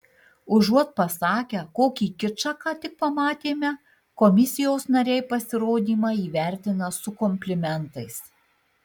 užuot pasakę kokį kičą ką tik pamatėme komisijos nariai pasirodymą įvertina su komplimentais